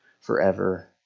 forever